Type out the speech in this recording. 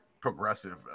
progressive